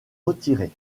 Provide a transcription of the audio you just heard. retirées